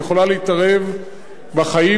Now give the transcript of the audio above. יכולה להתערב בחיים,